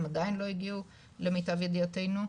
הן עדיין לא הגיעו למיטב ידיעתנו.